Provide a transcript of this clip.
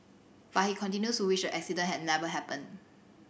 but he continues to wish the accident had never happened